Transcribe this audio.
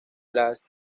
las